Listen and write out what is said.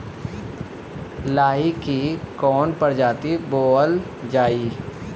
लाही की कवन प्रजाति बोअल जाई?